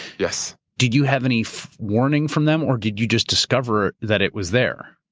yes. did you have any warning from them, or did you just discover that it was there?